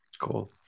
cool